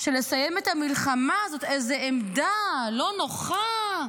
שלסיים את המלחמה זאת איזו עמדה לא נוחה,